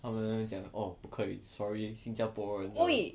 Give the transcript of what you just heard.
他们会讲 orh 不可以 sorry 新加坡人的